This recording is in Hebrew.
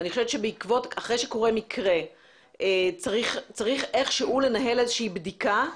אני חושבת שאחרי שקורה מקרה צריך איכשהו לנהל איזושהי בדיקה,